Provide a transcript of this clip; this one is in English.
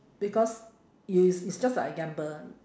because it is it's just like a gamble